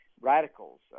radicals